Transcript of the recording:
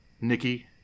Nikki